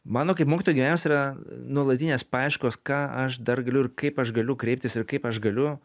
mano kaip mokytojo gyvenimas yra nuolatinės paieškos ką aš dar galiu ir kaip aš galiu kreiptis ir kaip aš galiu